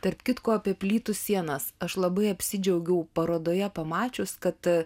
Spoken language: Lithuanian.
tarp kitko apie plytų sienas aš labai apsidžiaugiau parodoje pamačius kad